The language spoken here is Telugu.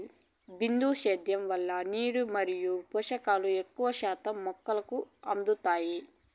బిందు సేద్యం వలన నీళ్ళు మరియు పోషకాలు ఎక్కువ శాతం మొక్కకు బాగా అందుతాయి